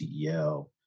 CEO